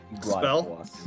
Spell